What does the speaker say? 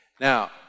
Now